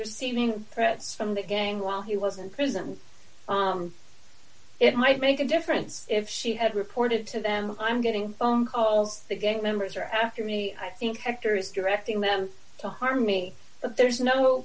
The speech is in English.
receiving threats from the gang while he was in prison it might make a difference if she had reported to them i'm getting phone calls the gang members are after me i think hector is directing them to harm me but there's no